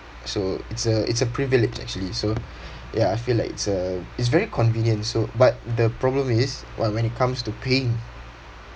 so it's a it's a privilege actually so ya I feel like it's a it's very convenient also but the problem is when when it comes to paying